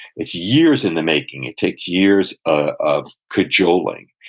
it's years in the making, it takes years ah of cajoling.